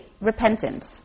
repentance